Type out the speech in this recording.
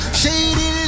shady